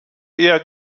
eher